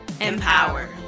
empower